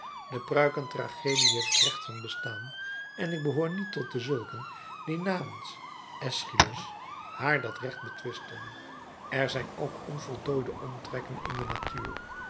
de pruiken tragedie heeft recht van bestaan en ik behoor niet tot dezulken die namens eschylus haar dat recht betwisten er zijn ook onvoltooide omtrekken in de natuur